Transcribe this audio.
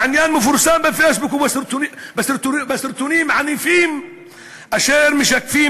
העניין מפורסם בפייסבוק ובסרטונים ענפים אשר משקפים